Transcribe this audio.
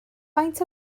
faint